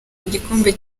igikombe